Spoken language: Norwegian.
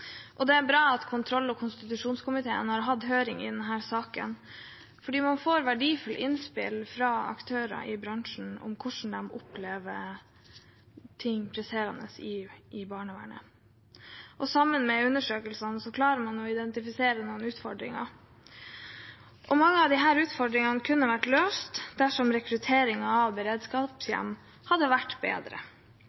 barnevernet. Det er bra at kontroll- og konstitusjonskomiteen har hatt høring i denne saken, fordi man får verdifulle innspill fra aktører i bransjen om hvordan de opplever ting presserende i barnevernet. Sammen med undersøkelsene klarer man å identifisere noen utfordringer, og mange av disse utfordringene kunne vært løst dersom rekrutteringen av